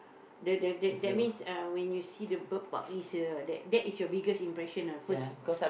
the the that means uh you see the Bird Park is a that that is your biggest impression ah first